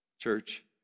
church